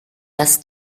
dass